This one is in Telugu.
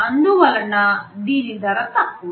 అందువలన దీని ధర తక్కువ